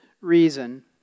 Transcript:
reason